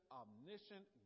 omniscient